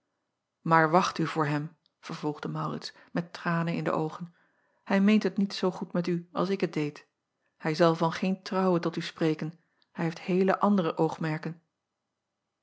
aar wacht u voor hem vervolgde aurits met tranen in de oogen hij meent het niet zoo goed met u als ik het deed hij zal van geen trouwen tot u spreken hij heeft heele andere oogmerken